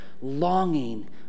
Longing